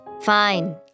Fine